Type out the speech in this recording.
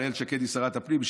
אבל אילת שקד היא שרת הפנים,